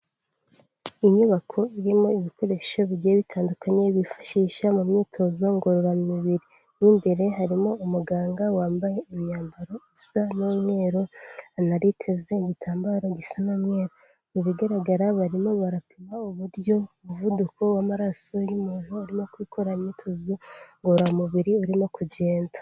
Inyubako irimo ibikoresho bigiye bitandukanye bifashisha mu myitozo ngororamubiri, mo imbere harimo umuganga wambaye imyambaro isa n'umweru araniteze igitambaro gisa n'umweru, mu bigaragara barimo barapima uburyo umuvuduko w'amaraso y'umuntu urimo gukora imyitozo ngororamubiri urimo kugenda.